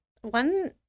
one